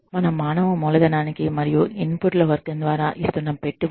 మన మానవ మూలధనానికి మనము ఇన్పుట్ల వర్గం ద్వారా ఇస్తున్న పెట్టుబడి